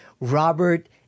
Robert